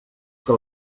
que